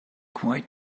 quite